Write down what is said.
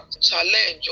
challenge